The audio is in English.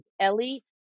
Ellie